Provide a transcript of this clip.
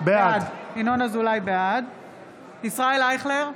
בעד ישראל אייכלר,